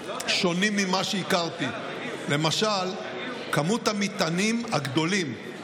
שונים ממה שהכרתי, למשל כמות המטענים הגדולים.